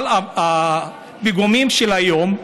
אבל הפיגומים של היום,